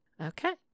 Okay